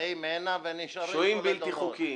באים הנה ונשארים פה לדורות.